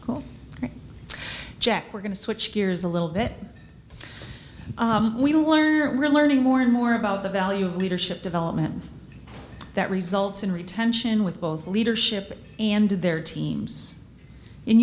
jack we're going to switch gears a little bit we learn really learning more and more about the value of leadership development that results in retention with both leadership and their teams in